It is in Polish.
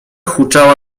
huczała